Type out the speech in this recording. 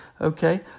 Okay